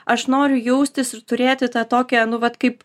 aš noriu jaustis ir turėti tą tokią nu vat kaip